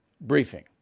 briefing